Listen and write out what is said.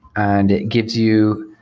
and it gives you